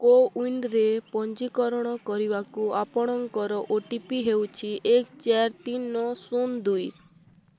କୋୱିନ୍ରେ ପଞ୍ଜୀକରଣ କରିବାକୁ ଆପଣଙ୍କର ଓ ଟି ପି ହେଉଛି ଏକ ଚାରି ତିନି ନଅ ଶୂନ ଦୁଇ